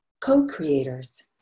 co-creators